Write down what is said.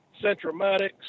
centromatics